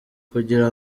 kugira